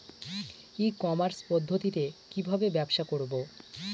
ই commerce পদ্ধতিতে কি ভাবে ব্যবসা করব?